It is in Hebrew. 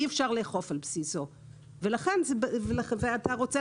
אי אפשר לאכוף על בסיס ואתה רוצה